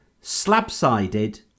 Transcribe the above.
slab-sided